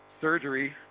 surgery